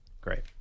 Great